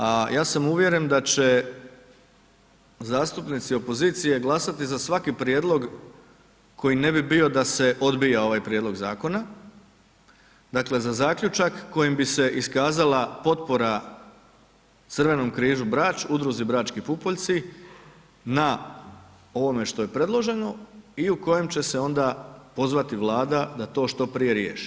A ja sam uvjeren da će zastupnici opozicije glasati za svaki prijedlog koji ne bi bio da se odbija ovaj prijedlog zakona, dakle za zaključak kojim bi se iskazala potpora Crvenom križu Brač, udruzi Brački pupoljci na ovome što je predloženo i u kojem će se onda pozvati Vlada da što prije riješi.